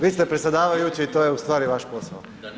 Vi ste predsjedavajući, to je ustvari vaš posao.